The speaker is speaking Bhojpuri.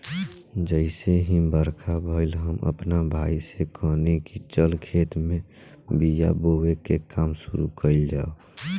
जइसे ही बरखा भईल, हम आपना भाई से कहनी की चल खेत में बिया बोवे के काम शुरू कईल जाव